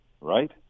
right